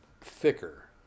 Thicker